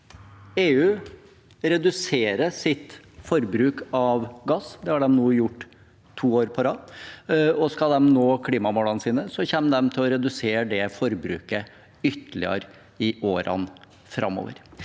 EU reduserer sitt forbruk av gass. Det har de nå gjort to år på rad. Skal de nå klimamålene sine, kommer de til å redusere det forbruket ytterligere i årene framover.